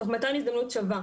תוך מתן הזדמנות שווה,